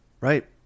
Right